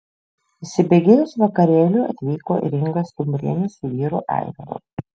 įsibėgėjus vakarėliui atvyko ir inga stumbrienė su vyru aivaru